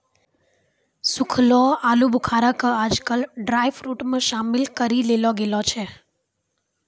सूखलो आलूबुखारा कॅ आजकल ड्रायफ्रुट मॅ शामिल करी लेलो गेलो छै